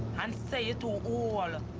and say you're too old.